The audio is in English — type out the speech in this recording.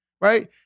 right